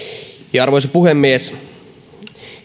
arvoisa puhemies